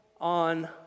on